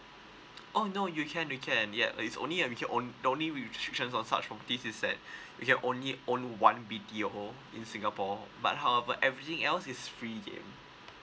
oh no you can you can yeah is only at your own the only we restrictions on such properties is that you only own one B_T_O in singapore but however everything else is free gain